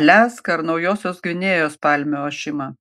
aliaską ar naujosios gvinėjos palmių ošimą